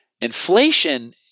Inflation